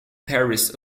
paris